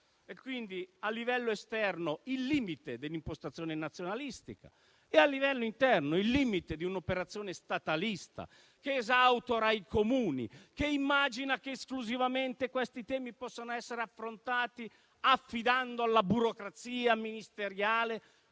ancora. A livello esterno, vi è il limite dell'impostazione nazionalistica e, a livello interno, il limite di un'operazione statalista, che esautora i Comuni, che immagina che questi temi possano essere esclusivamente affrontati affidando alla burocrazia ministeriale